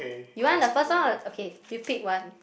you want the first one or okay you pick one